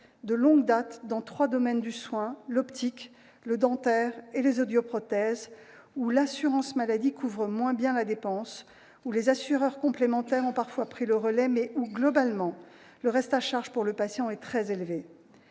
de longue date, dans trois domaines du soin : l'optique, le dentaire et les audioprothèses, où l'assurance maladie couvre moins bien la dépense, où les assureurs complémentaires ont parfois pris le relais, mais où, globalement, le reste à charge pour le patient est très élevé.